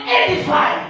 edify